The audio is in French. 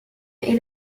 est